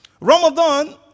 Ramadan